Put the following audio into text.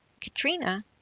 Katrina